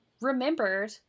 remembered